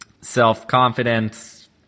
self-confidence